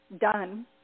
done